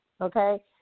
okay